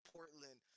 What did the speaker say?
Portland